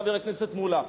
חבר הכנסת מולה,